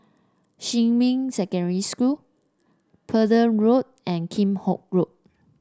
Xinmin Secondary School Pender Road and Kheam Hock Road